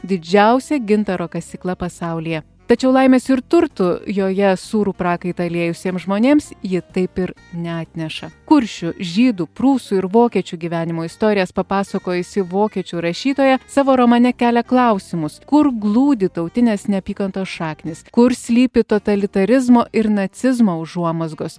didžiausia gintaro kasykla pasaulyje tačiau laimės ir turtų joje sūrų prakaitą liejusiems žmonėms ji taip ir neatneša kuršių žydų prūsų ir vokiečių gyvenimo istorijas papasakojusi vokiečių rašytoja savo romane kelia klausimus kur glūdi tautinės neapykantos šaknys kur slypi totalitarizmo ir nacizmo užuomazgos